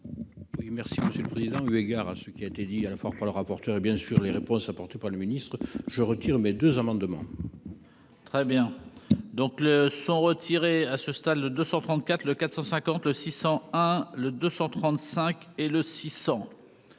oui merci Monsieur le Président, eu égard à ce qui a été dit à la fois par le rapporteur, et bien sûr les réponses apportées par le ministre, je retire mes deux amendements. Très bien, donc le sont retirés à ce stade de 234 le 450 le 600 hein le 235 et le six